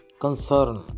Concern